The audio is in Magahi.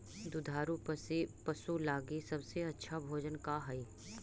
दुधार पशु लगीं सबसे अच्छा भोजन का हई?